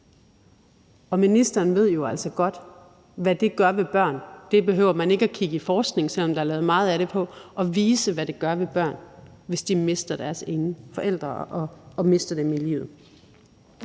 Ministeren ved jo altså godt, hvad det gør ved børn. Der behøver man ikke at kigge i forskningen, selv om der er blevet lavet meget af det, for at se, hvad det gør ved børn, hvis de mister deres ene forælder i livet.